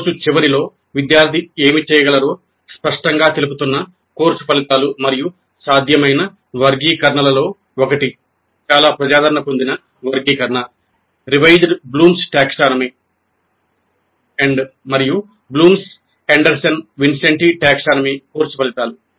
course చివరిలో విద్యార్థి ఏమి చేయగలరో స్పష్టంగా తెలుపుతున్న కోర్సు ఫలితాలు మరియు సాధ్యమైన వర్గీకరణలలో ఒకటి చాలా ప్రజాదరణ పొందిన వర్గీకరణ "రివైజ్డ్ బ్లూమ్స్ టాక్సానమీ" కోర్సు ఫలితాలు